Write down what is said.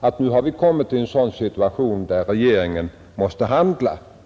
att vi nu kommit i en sådan situation att regeringen måste handla.